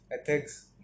Ethics